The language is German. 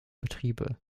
betriebe